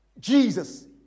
Jesus